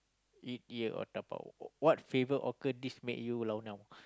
eat here or dabao what favourite hawker this make you lao nua now